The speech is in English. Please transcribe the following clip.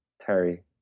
Terry